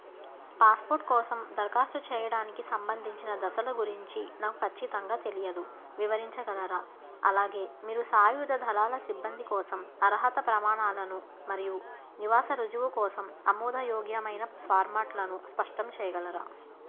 passport కోసం దరఖాస్తు చేయడానికి సంబంధించిన దశల గురించి నాకు ఖచ్చితంగా తెలియదు వివరించగలరా అలాగే మీరు సాయుధ దళాల సిబ్బంది కోసం అర్హత ప్రమాణాలను మరియు నివాస రుజువు కోసం ఆమోదయోగ్యమైన ఫార్మాట్లను స్పష్టం చేయగలరా